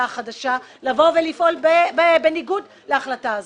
החדשה לבוא ולפעול בניגוד להחלטה הזאת.